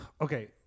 Okay